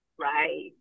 Right